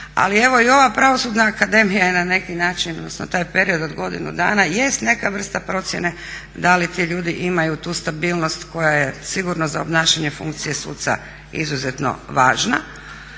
Ali evo i ova Pravosudna akademija je na neki način odnosno taj period od godinu dana jest neka vrsta procjena da li ti ljudi imaju tu stabilnost koja je sigurno za obnašanje funkcije suca izuzetno važno